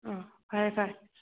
ꯎꯝ ꯐꯔꯦ ꯐꯔꯦ